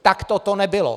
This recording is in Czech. Takto to nebylo.